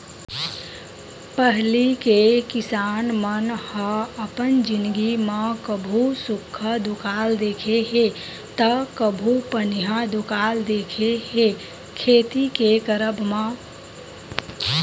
पहिली के किसान मन ह अपन जिनगी म कभू सुक्खा दुकाल देखे हे ता कभू पनिहा दुकाल देखे हे खेती के करब म